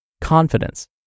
Confidence